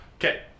Okay